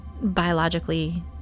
biologically